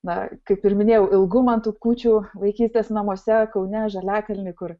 na kaip ir minėjau ilgu man tų kūčių vaikystės namuose kaune žaliakalny kur